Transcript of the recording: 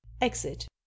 exit